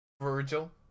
Virgil